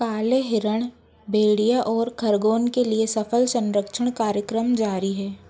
काले हिरण भेड़िया और खरबोन के लिए सफल संरक्षण कार्यक्रम जारी है